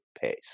pace